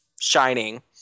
shining